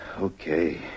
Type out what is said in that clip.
Okay